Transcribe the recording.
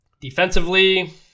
Defensively